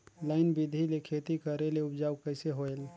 Line बिधी ले खेती करेले उपजाऊ कइसे होयल?